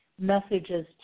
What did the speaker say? messages